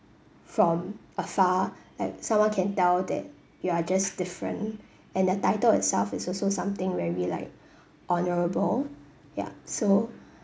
from afar like someone can tell that you are just different and the title itself is also something very like honourable ya so